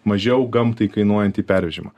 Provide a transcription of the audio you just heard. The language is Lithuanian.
mažiau gamtai kainuojantį pervežimą